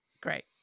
Great